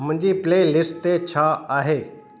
मुंहिंजी playlist ते छा आहे